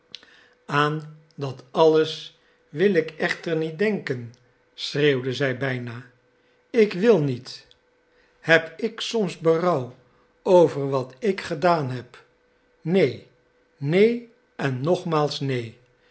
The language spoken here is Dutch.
aan dat alles wil ik echter niet denken schreeuwde zij bijna ik wil niet heb ik soms berouw over wat ik gedaan heb neen neen en nogmaals neen